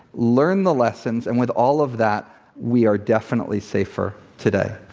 learn the lessons, and with all of that we are definitely safer today.